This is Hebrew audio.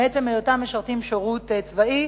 מעצם היותם משרתים שירות צבאי,